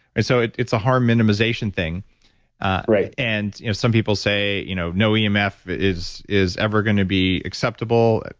and so it's a harm minimization thing right and you know some people say, you know no yeah emf is is ever going to be acceptable,